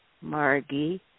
margie